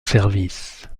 service